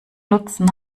nutzen